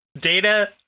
data